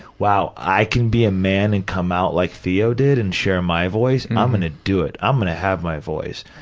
wow, i can be a man and come out like theo did and share my voice, and i'm gonna do it, i'm gonna have my voice.